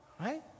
Right